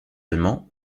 allemand